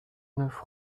neuf